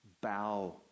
Bow